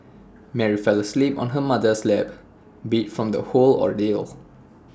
Mary fell asleep on her mother's lap beat from the whole ordeal